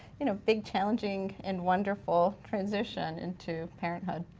you know, big challenging and wonderful transition into parenthood.